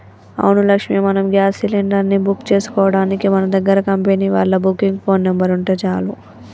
అవును లక్ష్మి మనం gas cylinder ని బుక్ చేసుకోవడానికి మన దగ్గర కంపెనీ వాళ్ళ బుకింగ్ ఫోన్ నెంబర్ ఉంటే చాలు